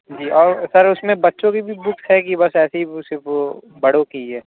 جی اور سر اس میں بچوں کی بھی بکس ہے کہ بس ایسے ہی صرف وہ بڑوں کی ہی ہے